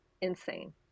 insane